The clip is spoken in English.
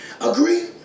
Agree